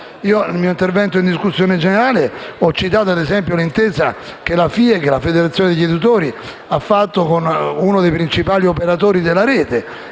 Nel mio intervento in discussione generale ho citato ad esempio l'intesa che la FIEG, la federazione degli editori, ha fatto con uno dei principali operatori della Rete,